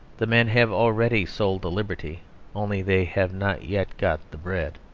the men have already sold the liberty only they have not yet got the bread.